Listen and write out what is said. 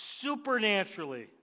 supernaturally